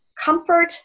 comfort